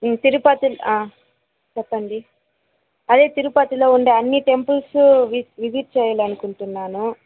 తిరుపతి చెప్పండి అదే తిరుపతిలో ఉండే అన్ని టెంపుల్సు వి విజిట్ చేయాలనుకుంటున్నాను